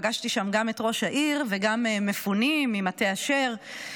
פגשתי שם גם את ראש העיר וגם מפונים ממטה אשר,